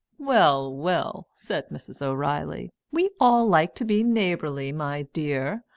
well, well, said mrs. o'reilly, we all like to be neighbourly, my dear,